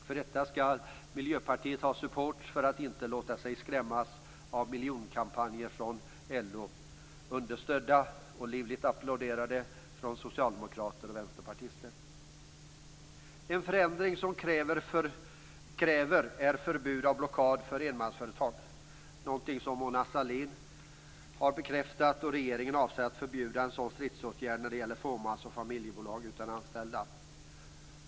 För detta skall Miljöpartiet ha support för att man inte låtit sig skrämmas av miljonkampanjer från LO, understödda och livligt applåderade från Socialdemokraterna och En förändring som vi kräver är förbud mot blockad av enmansföretag. Mona Sahlin har bekräftat att regeringen avser att förbjuda en sådan stridsåtgärd när det gäller fåmans och familjebolag utan anställda.